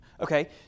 okay